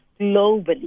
globally